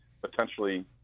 potentially